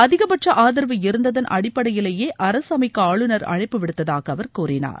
அதிகபட்ச ஆதரவு இருந்ததன் அடிப்படையிலேயே அரசு அமைக்க ஆளுநர் அழைப்பு விடுத்ததாக அவர் கூறினார்